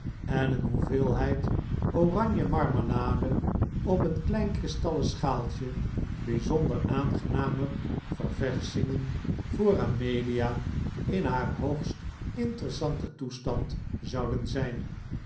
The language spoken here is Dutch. en een hoeveelheid oranje marmelade op een klein kristallen schaaltje bijzonder aangename ververschingen voor amelia in haar hoogst interessanten toestand zouden zijn